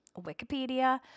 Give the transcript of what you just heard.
Wikipedia